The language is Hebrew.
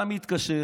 אתה מתקשר,